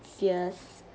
fierce